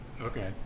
Okay